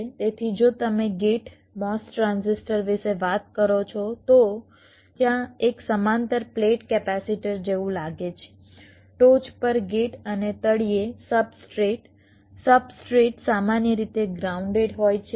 તેથી જો તમે ગેટ MOS ટ્રાન્ઝિસ્ટર વિશે વાત કરો છો તો ત્યાં એક સમાંતર પ્લેટ કેપેસિટર જેવું લાગે છે ટોચ પર ગેટ અને તળિયે સબસ્ટ્રેટ સબસ્ટ્રેટ સામાન્ય રીતે ગ્રાઉન્ડેડ હોય છે